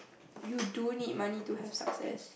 you do need money to have success